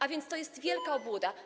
A więc to jest wielka obłuda.